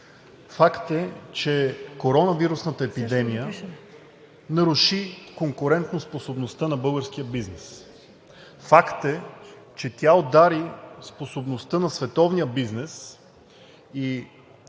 Факт е, че коронавирусната епидемия наруши конкурентоспособността на българския бизнес. Факт е, че тя удари способността на световния бизнес.